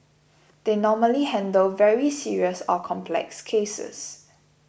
they normally handle very serious or complex cases